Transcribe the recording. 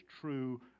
true